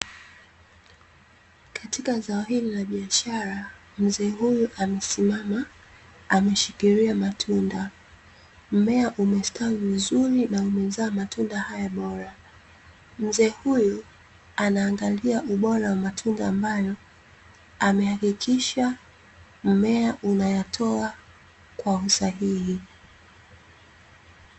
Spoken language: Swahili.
Katika zao hili la biashara, mzee huyu amesimama ameshikilia matunda. Mmea umestawi vizuri na umezaa matunda haya bora. Mzee huyu anaangalia ubora wa matunda ambayo amehakikisha mmea unayatoa kwa usahihi.